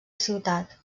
ciutat